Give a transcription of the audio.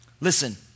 Listen